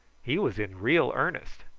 he was in real earnest.